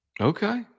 Okay